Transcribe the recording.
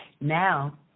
Now